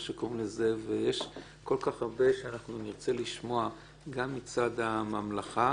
ויש כל כך הרבה שנרצה לשמוע גם מצד הממלכה